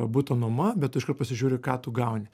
buto nuoma be tu iškart pasižiūri ką tu gauni